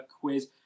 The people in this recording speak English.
quiz